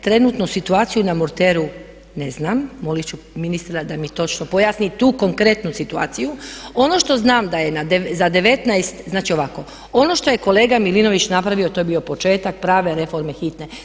Trenutnu situaciju na Murteru ne znam, molit ću ministra da mi točno pojasni tu konkretnu situaciju, ono što znam da je za 19, znači ovako ono što je kolega Milinović napravio to je bio početak prave reforme hitne.